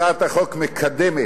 הצעת החוק מקדמת